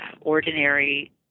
ordinary